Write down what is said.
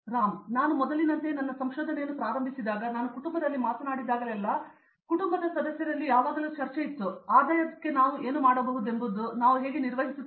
ರಾಮ್ ನಾನು ಮೊದಲಿನಂತೆಯೇ ನನ್ನ ಸಂಶೋಧನೆಯನ್ನು ಪ್ರಾರಂಭಿಸಿದಾಗ ನಾನು ಕುಟುಂಬದಲ್ಲಿ ಮಾತನಾಡಿದಾಗಲೆಲ್ಲಾ ಕುಟುಂಬದ ಸದಸ್ಯರಲ್ಲಿ ಯಾವಾಗಲೂ ಚರ್ಚೆಯಿರುತ್ತದೆ ಆದಾಯದಂತೆಯೇ ನಾವು ಏನು ಮಾಡಬಹುದೆಂಬುದನ್ನು ನಾವು ಹೇಗೆ ನಿರ್ವಹಿಸುತ್ತೇವೆ